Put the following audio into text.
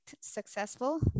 successful